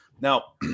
now